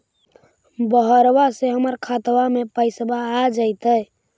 बहरबा से हमर खातबा में पैसाबा आ जैतय?